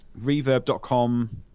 Reverb.com